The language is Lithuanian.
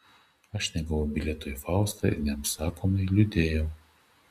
aš negavau bilieto į faustą ir neapsakomai liūdėjau